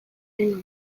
ondorioz